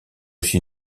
aussi